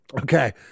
Okay